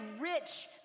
rich